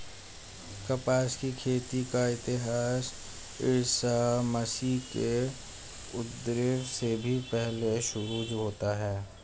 कपास की खेती का इतिहास ईसा मसीह के उद्भव से भी पहले शुरू होता है